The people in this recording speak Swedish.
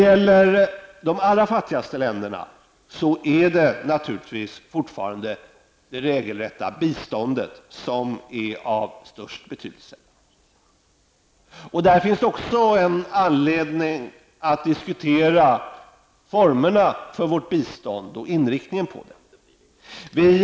För de allra fattigaste länderna är det naturligtvis fortfarande det regelrätta biståndet som är av störst betydelse. Här finns det också anledning att diskutera formerna för och inriktningen på vårt bistånd.